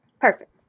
perfect